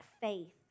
faith